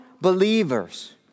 believers